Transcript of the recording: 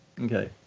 Okay